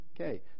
Okay